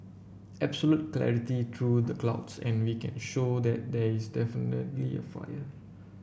absolute clarity through the clouds and we can show that there is definitely a fire